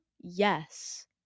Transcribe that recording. yes